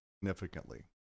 significantly